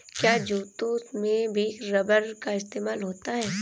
क्या जूतों में भी रबर का इस्तेमाल होता है?